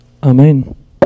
Amen